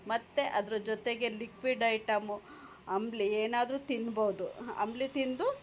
ಮತ್ತು ಅದ್ರ ಜೊತೆಗೆ ಲಿಕ್ವಿಡ್ ಐಟಮು ಅಂಬಲಿ ಏನಾದ್ರೂ ತಿನ್ಬೋದು ಅಂಬಲಿ ತಿಂದು